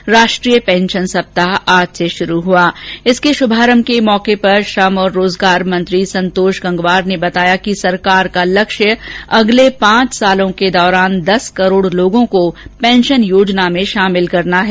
आज राष्ट्रीय पेंशन सप्ताह की शुरूआत पर श्रम और रोजगार मंत्री संतोष गंगवार ने बताया कि सरकार का लक्ष्य अगले पांच वर्षो के दौरान दस करोड लोगों को पेंशन योजना में शामिल करना है